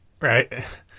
right